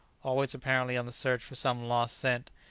always apparently on the search for some lost scent,